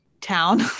town